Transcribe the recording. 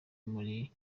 muri